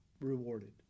rewarded